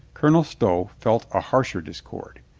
colonel stow felt a harsher discord.